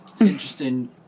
interesting